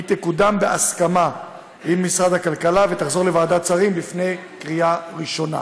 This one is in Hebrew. היא תקודם בהסכמה עם משרד הכלכלה ותחזור לוועדת שרים לפני קריאה ראשונה.